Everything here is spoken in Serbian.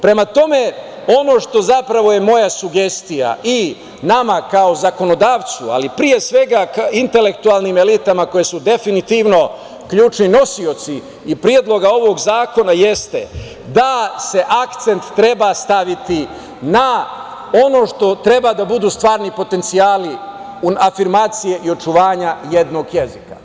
Prema tome, ono što je zapravo moja sugestija i nama kao zakonodavcu, ali pre svega intelektualnim elitama koje su definitivno ključni nosioci i Predloga ovog zakona jeste da se akcent treba staviti na ono što treba da budu stvarni potencijali afirmacije i očuvanja jednog jezika.